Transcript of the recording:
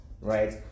right